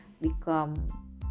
Become